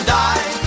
die